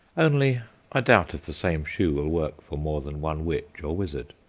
only i doubt if the same shoe will work for more than one witch or wizard.